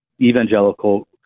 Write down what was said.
evangelical